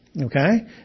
Okay